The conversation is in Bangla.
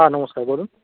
হ্যাঁ নমস্কার বলুন